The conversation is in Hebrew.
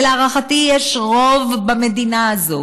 ולהערכתי יש רוב במדינה הזאת,